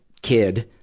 kid,